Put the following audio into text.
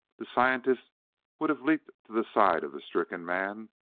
the scientist would have leaped to the side of the stricken man,